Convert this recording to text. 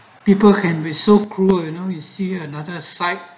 people can resolve cruel you know you see at another site